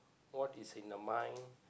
what is in their mind